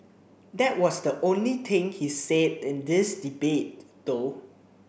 that was the only thing he's said in this debate though